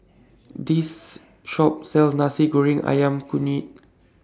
This Shop sells Nasi Goreng Ayam Kunyit